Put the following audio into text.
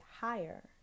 higher